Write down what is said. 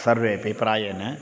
सर्वेपि प्रायेण